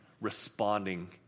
responding